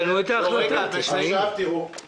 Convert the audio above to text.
כשאני מנהל נגדם מלחמה, אני חוטף מהם מכות.